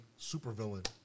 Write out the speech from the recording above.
supervillain